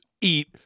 eat